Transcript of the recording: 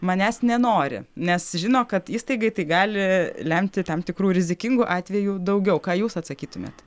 manęs nenori nes žino kad įstaigai tai gali lemti tam tikrų rizikingų atvejų daugiau ką jūs atsakytumėt